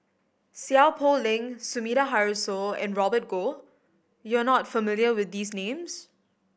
Seow Poh Leng Sumida Haruzo and Robert Goh you are not familiar with these names